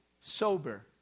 sober